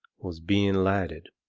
was being lighted.